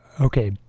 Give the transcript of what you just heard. Okay